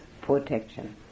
protection